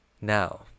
Now